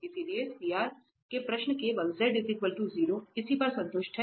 इसलिए CR के प्रश्न केवल z 0 इसी पर संतुष्ट हैं